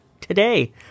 today